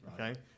Okay